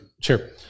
sure